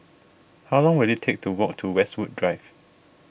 how long will it take to walk to Westwood Drive